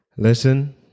Listen